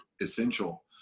essential